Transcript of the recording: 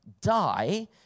die